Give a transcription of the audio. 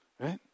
right